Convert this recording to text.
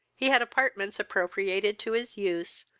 he had apartments appropriated to his use,